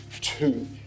two